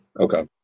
Okay